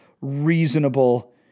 reasonable